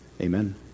Amen